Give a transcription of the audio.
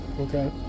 Okay